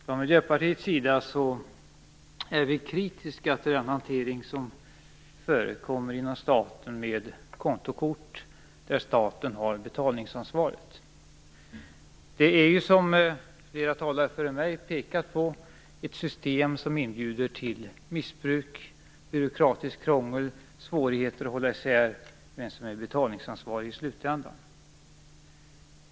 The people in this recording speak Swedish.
Fru talman! Vi i Miljöpartiet är kritiska till den hantering av kontokort där staten har betalningsansvaret som förekommer inom staten. Som flera talare före mig pekat på är det ett system som inbjuder till missbruk, byråkratiskt krångel och svårigheter att hålla reda på vem som är betalningsansvarig i slutändan.